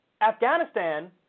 Afghanistan